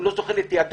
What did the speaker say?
שהוא לא זוכה לתעדוף.